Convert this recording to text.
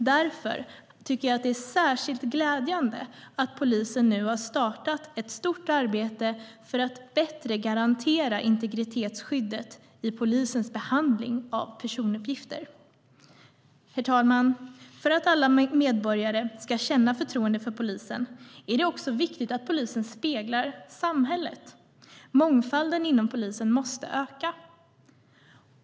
Därför tycker jag att det är särskilt glädjande att polisen nu har startat ett stort arbete för att bättre garantera integritetsskyddet i polisens behandling av personuppgifter. Herr talman! För att alla medborgare ska känna förtroende för polisen är det också viktigt att polisen speglar samhället. Mångfalden inom polisen måste öka.